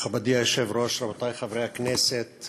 מכובדי היושב-ראש, רבותי חברי הכנסת,